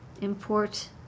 Import